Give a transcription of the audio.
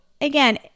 again